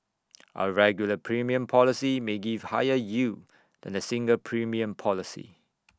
A regular premium policy may give higher yield than A single premium policy